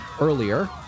earlier